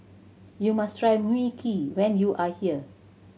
you must try Mui Kee when you are here